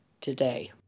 today